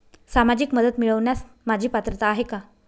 सामाजिक मदत मिळवण्यास माझी पात्रता आहे का?